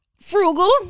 frugal